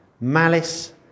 malice